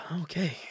okay